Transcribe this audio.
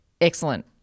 Excellent